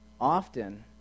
Often